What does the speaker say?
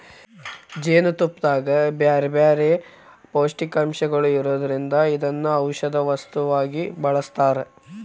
ಜೇನುತುಪ್ಪದಾಗ ಬ್ಯಾರ್ಬ್ಯಾರೇ ಪೋಷಕಾಂಶಗಳು ಇರೋದ್ರಿಂದ ಇದನ್ನ ಔಷದ ವಸ್ತುವಾಗಿ ಬಳಸ್ತಾರ